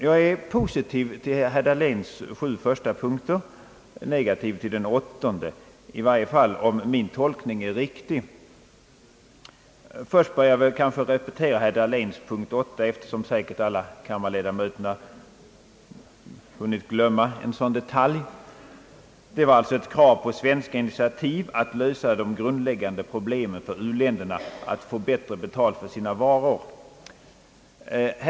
Jag är positiv till herr Dahléns sju första punkter och negativ till den åttonde, i varje fall om min tolkning är riktig. Jag bör kanske repetera herr Dahléns punkt 8, eftersom säkert kammarledamöterna hunnit glömma en sådan detalj. Det var alltså ett krav på svenskt initiativ för att lösa de grundläggande problemen för u-länderna att få bättre betalt för sina varor.